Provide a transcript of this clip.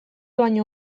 baino